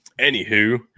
Anywho